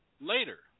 Later